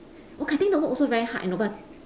oh kai-ting the work also very hard you know but